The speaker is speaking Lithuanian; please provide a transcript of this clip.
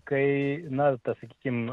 kai na sakykim